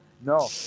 No